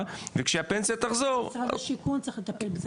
וכשהפנסיה תחזור --- משרד השיכון צריך לטפל בזה.